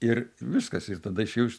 ir viskas ir tada išėjau iš